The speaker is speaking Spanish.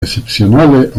excepcionales